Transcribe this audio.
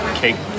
cake